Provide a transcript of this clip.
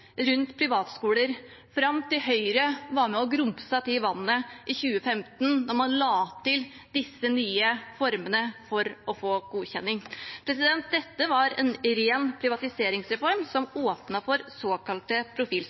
rundt privatskoler fram til Høyre var med og grumset til vannet i 2015, da man la til disse nye formene for å få godkjenning. Det var en ren privatiseringsreform som åpnet for såkalte